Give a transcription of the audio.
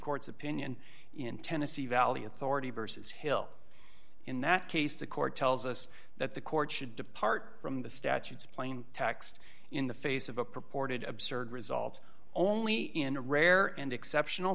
court's opinion in tennessee valley authority versus hill in that case the court tells us that the court should depart from the statutes plain text in the face of a purported absurd result only in rare and exceptional